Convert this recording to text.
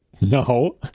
no